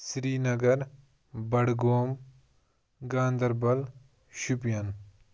Srinagar Budgam Ganderbal Shopian